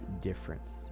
difference